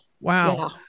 Wow